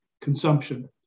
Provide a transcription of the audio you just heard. consumption